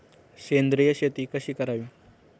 सेंद्रिय शेती कशी करावी?